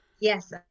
Yes